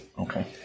Okay